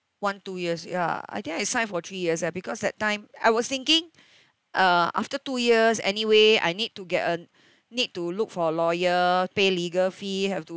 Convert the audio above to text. one two years ya I think I signed for three years eh because that time I was thinking uh after two years anyway I need to get a need to look for lawyer pay legal fee have to